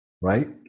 right